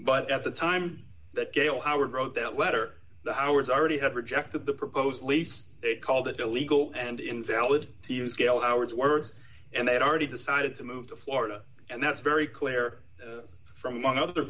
but at the time that gail howard wrote that letter howard's already had rejected the proposal least they called it illegal and invalid gail howard's word and they had already decided to move to florida and that's very clear from among other